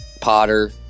Potter